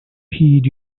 heed